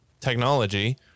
technology